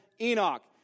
Enoch